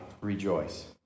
rejoice